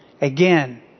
Again